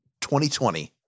2020